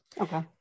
okay